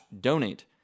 donate